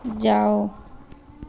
जाओ